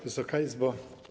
Wysoka Izbo!